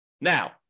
Now